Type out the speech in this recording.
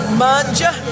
manja